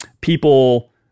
people